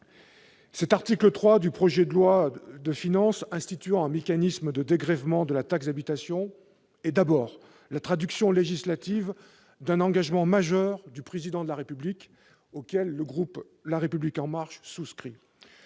L'article 3 du projet de loi de finances pour 2018 instituant un mécanisme de dégrèvement de la taxe d'habitation est, d'abord, la traduction législative d'un engagement majeur du Président de la République, auquel le groupe La République En Marche souscrit.